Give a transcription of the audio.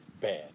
bad